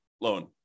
loan